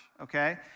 okay